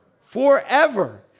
forever